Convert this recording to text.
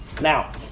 Now